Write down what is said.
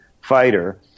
fighter